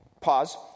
Pause